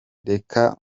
reka